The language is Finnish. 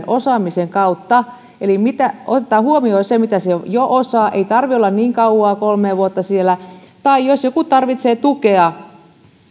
osaamisen kautta eli otetaan huomioon se mitä hän jo osaa ei tarvitse olla niin kauaa kolmea vuotta siellä tai jos joku tarvitsee tukea